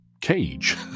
cage